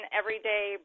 everyday